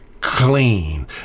clean